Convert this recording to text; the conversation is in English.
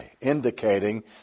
indicating